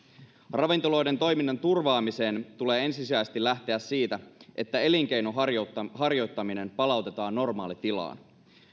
ravintoloiden toiminnan turvaamisen tulee ensisijaisesti lähteä siitä että elinkeinon harjoittaminen palautetaan normaalitilaan